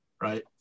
right